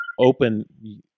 open